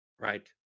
right